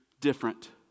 different